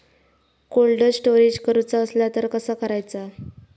Cold storage करूचा असला तर कसा करायचा?